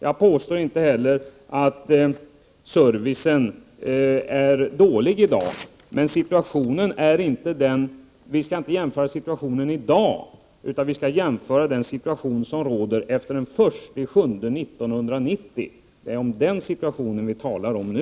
Jag påstår inte att servicen är dålig i dag, men vi skall inte jämföra med situationen i dag, utan vi skall jämföra med den situation som råder efter den 1 juli 1990 — det är ju vad vi talar om nu.